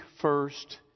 first